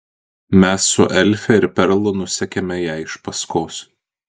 mes su elfe ir perlu nusekėme jai iš paskos